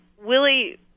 Willie